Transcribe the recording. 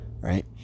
Right